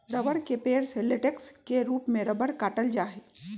रबड़ के पेड़ से लेटेक्स के रूप में रबड़ काटल जा हई